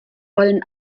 wollen